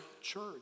church